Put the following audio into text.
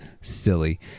silly